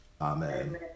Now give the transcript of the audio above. amen